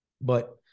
But-